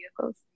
vehicles